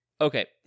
okay